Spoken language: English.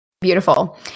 Beautiful